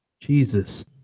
Jesus